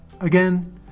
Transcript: Again